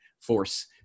force